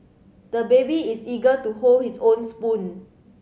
the baby is eager to hold his own spoon